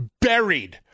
buried